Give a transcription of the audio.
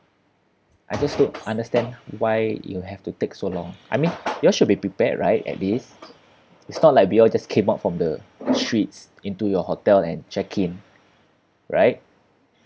I just don't understand why you have to take so long I mean you all should be prepared right at this it's not like we all just came out from the streets into your hotel and check in right